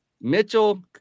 Mitchell